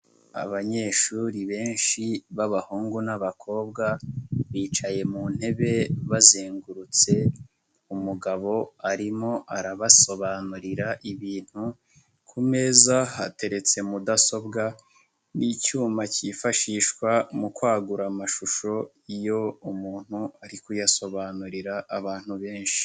Abanyeshuri benshi b'abahungu n'abakobwa, bicaye mu ntebe bazengurutse, umugabo arimo arabasobanurira ibintu, ku meza hateretse mudasobwa n'icyuma kifashishwa mu kwagura amashusho iyo umuntu ari kuyasobanurira abantu benshi.